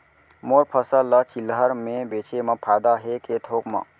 मोर फसल ल चिल्हर में बेचे म फायदा है के थोक म?